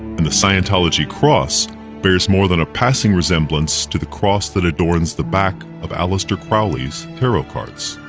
and the scientology cross bears more than a passing resemblance to the cross that adorns the back of alistair crowley's tarot cards.